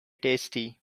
tasty